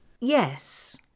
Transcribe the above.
Yes